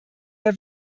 der